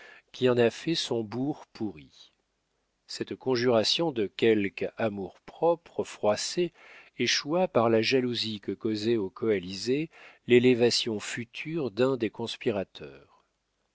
qui en a fait son bourg pourri cette conjuration de quelques amours-propres froissés échoua par la jalousie que causait aux coalisés l'élévation future d'un des conspirateurs